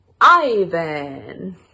Ivan